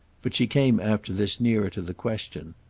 but she came after this nearer to the question.